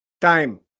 time